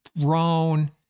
thrown